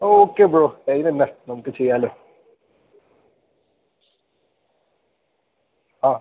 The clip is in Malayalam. ഓക്കെ ബ്രോ അതിനെന്താ നമുക്ക് ചെയ്യാമല്ലോ ആ